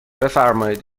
بفرمایید